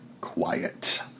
quiet